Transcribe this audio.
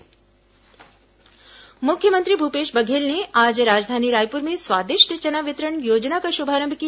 चना वितरण शुभारंभ मुख्यमंत्री भूपेश बघेल ने आज राजधानी रायपुर में स्वादिष्ट चना वितरण योजना का शुभारंभ किया